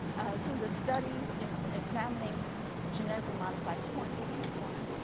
so it was a study examining genetically modified corn, bt corn,